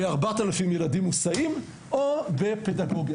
ב-4000 ילדים מוסעים, או בפדגוגיה?